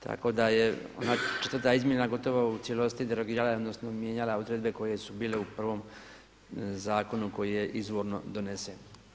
Tako da je ona 4.-ta izmjena gotovo u cijelosti derogirala odnosno mijenjala odredbe koje su bile u prvom zakonu koji je izvorno donesen.